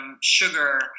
sugar